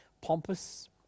pompous